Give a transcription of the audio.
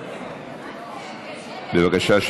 בבקשה,